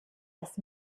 das